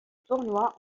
tournoi